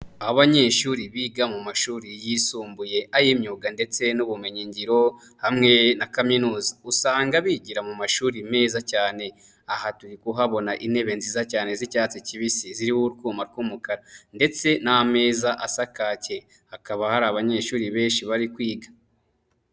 Abanyeshuri biga mu mashuri yisumbuye ay'imyuga ndetse n'ubumenyi ngiro hamwe na kaminuza, usanga bigira mu mashuri meza cyane, aha turi kuhabona intebe nziza cyane z'icyatsi kibisi ziririmo urtuma tw'umukara, ndetse n'ameza asa kake hakaba hari abanyeshuri benshi bari kwiga.